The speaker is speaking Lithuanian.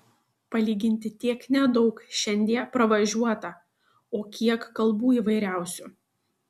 palyginti tiek nedaug šiandie pravažiuota o kiek kalbų įvairiausių